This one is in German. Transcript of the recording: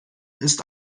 ist